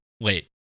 wait